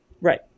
Right